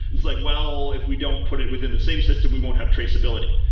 it's like, well, if we don't put it within the same system, we won't have traceability.